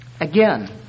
Again